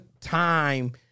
time